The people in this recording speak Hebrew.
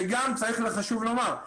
וגם חשוב לומר,